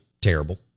terrible